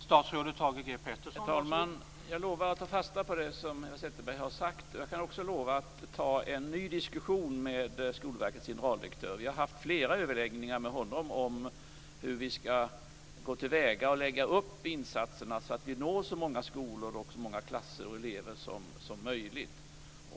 Herr talman! Jag lovar att ta fasta på det Eva Zetterberg har sagt. Jag kan också lova att ta en ny diskussion med Skolverkets generaldirektör. Jag har haft flera överläggningar med honom om hur vi skall gå till väga och lägga upp insatserna så att vi når så många skolor, klasser och elever som möjligt.